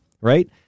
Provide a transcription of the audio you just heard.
right